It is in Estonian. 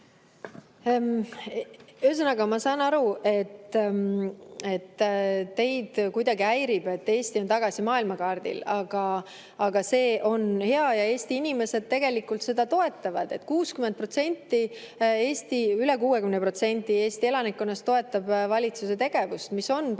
Ühesõnaga, ma saan aru, et teid kuidagi häirib, et Eesti on tagasi maailmakaardil. Aga see on hea ja Eesti inimesed tegelikult seda toetavad. Üle 60% Eesti elanikkonnast toetab valitsuse tegevust, mis on päris